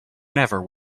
never